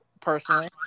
personally